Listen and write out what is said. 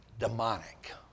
demonic